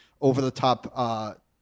over-the-top